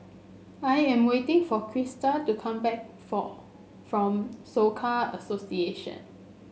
I am waiting for Christa to come back for from Soka Association